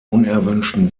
unerwünschten